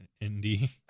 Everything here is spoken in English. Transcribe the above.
Indy